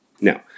Now